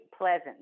pleasant